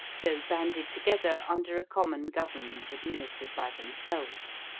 though banded together under a common government administered by themselves.